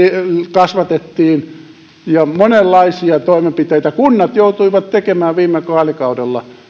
kasvatettiin ja monenlaisia toimenpiteitä kunnat joutuivat tekemään viime vaalikaudella